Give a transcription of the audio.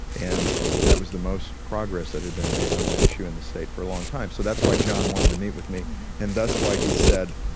and that was the most progress that had been made on that issue in the state for a long time. so that's why john wanted to meet with me and that's why he said,